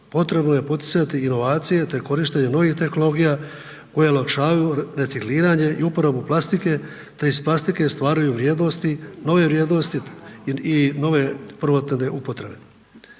potrebno je poticati inovacije te korištenje novih tehnologija koje olakšavaju recikliranje i uporabu plastike te iz plastike stvaraju vrijednosti, nove vrijednosti i nove .../Govornik